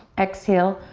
exhale,